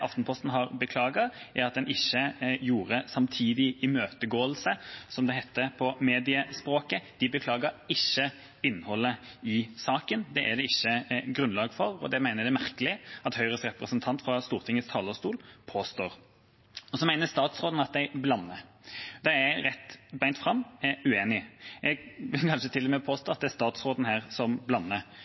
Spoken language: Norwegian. Aftenposten har beklaget, er at de ikke hadde en samtidig imøtegåelse, som det heter på mediespråket. De beklaget ikke innholdet i saken, det er det ikke grunnlag for, og det mener jeg det er merkelig at Høyres representant påstår fra Stortingets talerstol. Statsråden mener at jeg blander. Det er jeg bent fram uenig i. Jeg vil kanskje til og med påstå at det er statsråden som blander.